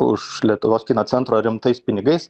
už lietuvos kino centro remtais pinigais